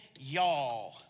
y'all